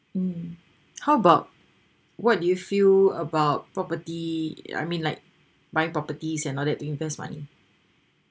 mm how about what do you feel about property I mean like buying properties and all that to invest money